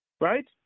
right